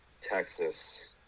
Texas